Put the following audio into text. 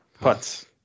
putts